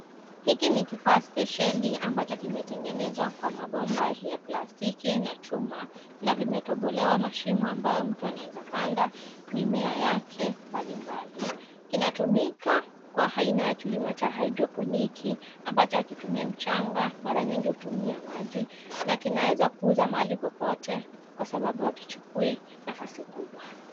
Hiki ni kifaa speciali ambacho kimetengenezwa kwa mabomba ya plastiki na chuma na vimetobolewa mashimo ambayo mtu anaweza panda mimea yake mbalimbali. Kinatumika kwa aina ya kilimo cha haidroponiki ambacho hakitumi mchanga mara nyingi hutumia maji na kinaweza kuza mahali popote kwa sababu hakichukui nafasi kubwa.